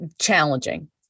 challenging